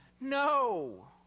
No